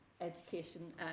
education